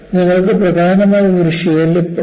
നിങ്ങൾക്ക് പ്രധാനമായും ഒരു ഷിയർ ലിപ്പ് ഉണ്ട്